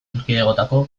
erkidegoetako